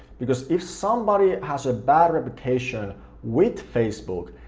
because if somebody has a bad reputation with facebook,